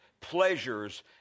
pleasures